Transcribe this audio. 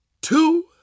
two